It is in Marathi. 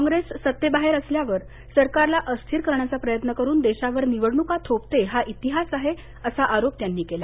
कॉग्रेस सत्तेबाहेर असल्यावर सरकारला अस्थिर करण्याचा प्रयत्न करून देशावर निवडणुका थोपते हा इतिहास आहे असा आरोप त्यांनी केला